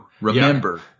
Remember